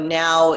now